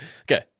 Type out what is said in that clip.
Okay